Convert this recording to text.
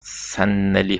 صندلی